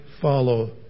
follow